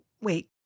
wait